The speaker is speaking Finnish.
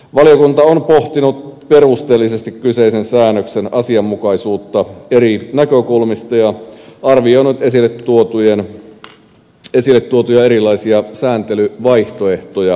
valiokunta on pohtinut perusteellisesti kyseisen säännöksen asianmukaisuutta eri näkökulmista ja arvioinut esille tuotuja erilaisia sääntelyvaihtoehtoja